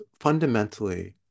fundamentally